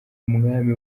umwami